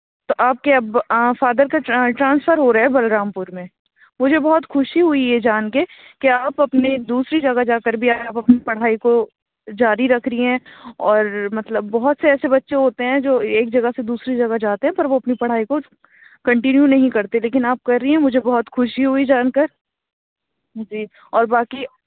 تو آپ کے اب فادر کا ٹرانسفر ہو رہا ہے بلرامپور میں مجھے بہت خوشی ہوئی یہ جان کے کہ آپ اپنے دوسری جگہ جا کر بھی آپ اپنی پڑھائی کو جاری رکھ رہی ہیں اور مطلب بہت سے ایسے بچے ہوتے ہیں جو ایک جگہ سے دوسری جگہ جاتے ہیں پر وہ اپنی پڑھائی کو کنٹینیو نہیں کرتے لیکن آپ کر رہی ہیں مجھے بہت خوشی ہوئی جان کر جی اور باقی